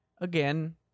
again